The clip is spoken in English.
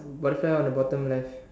Wi-Fi on the bottom left